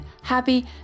happy